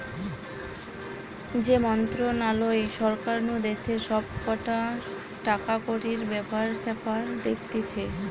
যে মন্ত্রণালয় সরকার নু দেশের সব কটা টাকাকড়ির ব্যাপার স্যাপার দেখতিছে